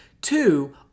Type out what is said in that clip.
Two